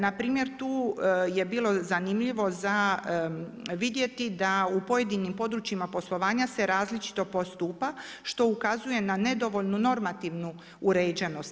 Npr. tu je bilo zanimljivo za vidjeti da u pojedinim područjima poslovanja se različito postupa što ukazuje na nedovoljnu normativnu uređenost.